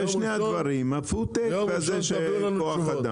אלה שני דברים הפוד-טק וזה שאין כוח אדם.